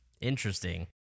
Interesting